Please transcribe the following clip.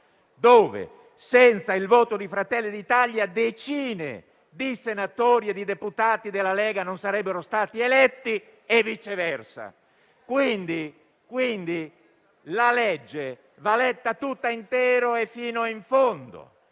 dove, senza il voto di Fratelli d'Italia, decine di senatori e di deputati della Lega non sarebbero stati eletti e viceversa. Quindi, la legge va letta tutta intera e fino in fondo.